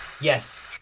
Yes